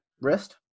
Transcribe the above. wrist